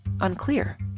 unclear